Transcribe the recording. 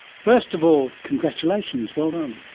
first of all, congratulations, well done.